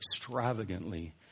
extravagantly